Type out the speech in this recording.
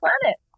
planet